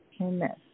Amen